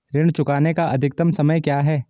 ऋण चुकाने का अधिकतम समय क्या है?